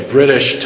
British